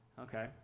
Okay